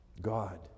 God